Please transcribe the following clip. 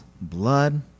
blood